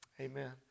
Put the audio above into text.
Amen